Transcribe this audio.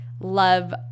love